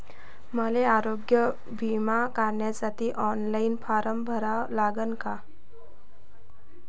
मले आरोग्य बिमा काढासाठी ऑनलाईन फारम भरा लागन का?